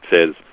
says